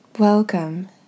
Welcome